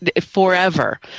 forever